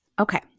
Okay